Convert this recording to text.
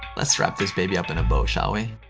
let's wrap this baby up in a bow, shall we?